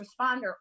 responder